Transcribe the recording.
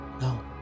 No